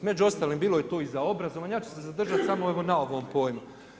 Među ostalim bilo je tu i za obrazovanje, ja ću se zadržati samo evo na ovom pojmu.